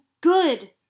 good